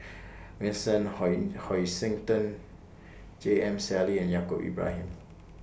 Vincent Hoisington J M Sali and Yaacob Ibrahim